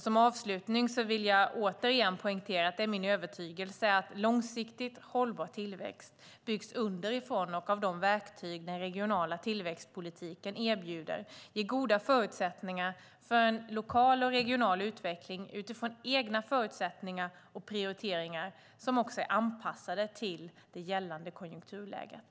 Som avslutning vill jag återigen poängtera att det är min övertygelse att långsiktigt hållbar tillväxt byggs underifrån och att de verktyg den regionala tillväxtpolitiken erbjuder ger goda förutsättningar för en lokal och regional utveckling utifrån egna förutsättningar och prioriteringar som är anpassade till det gällande konjunkturläget.